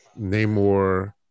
Namor